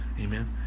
Amen